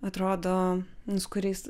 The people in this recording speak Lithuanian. atrodo nu su kuriais